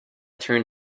turn